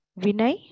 Vinay